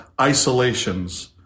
isolations